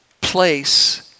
place